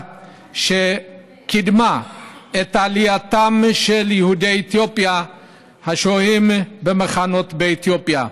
שקידמה את עלייתם של יהודי אתיופיה השוהים במחנות באתיופיה.